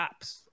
apps